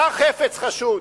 קח חפץ חשוד.